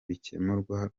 bikemurwa